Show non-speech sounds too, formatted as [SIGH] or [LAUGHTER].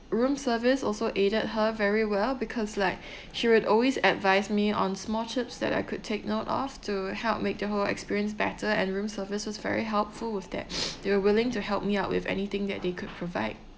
room service also aided her very well because like [BREATH] she would always advise me on small chips that I could take note of to help make the whole experience better and room service was very helpful with that [NOISE] they were willing to help me out with anything that they could provide